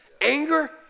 anger